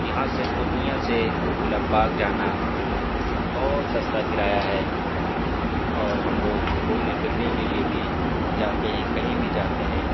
یہاں سے پورنیہ سے گلاب باغ جانا بہت سستا کرایہ ہے اور ہم لوگ گھومنے پھرنے کے لیے بھی جاتے ہیں کہیں بھی جاتے ہیں